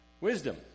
Wisdom